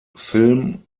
film